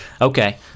Okay